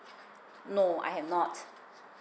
no I am not